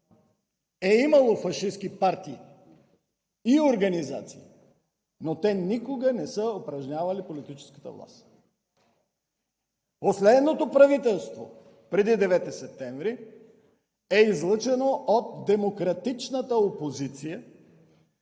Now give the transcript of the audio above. е имало фашистки партии и организации, но те никога не са упражнявали политическата власт. Последното правителство преди 9 септември е излъчено от демократичната опозиция,